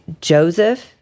Joseph